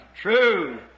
True